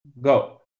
go